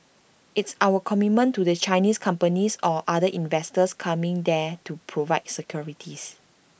it's our commitment to the Chinese companies or other investors coming there to provide security